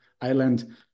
island